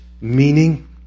meaning